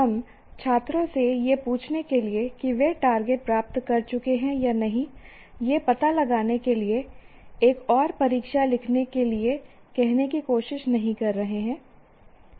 हम छात्रों से यह पूछने के लिए कि वे टारगेट प्राप्त कर चुके हैं या नहीं यह पता लगाने के लिए एक और परीक्षा लिखने के लिए कहने की कोशिश नहीं कर रहे हैं